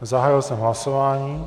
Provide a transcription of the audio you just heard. Zahájil jsem hlasování.